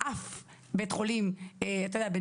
אף בית חולים בניגוד,